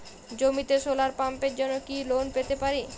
জমিতে সোলার পাম্পের জন্য কি লোন পেতে পারি?